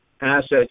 assets